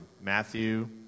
Matthew